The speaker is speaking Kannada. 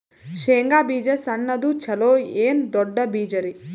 ಶೇಂಗಾ ಬೀಜ ಸಣ್ಣದು ಚಲೋ ಏನ್ ದೊಡ್ಡ ಬೀಜರಿ?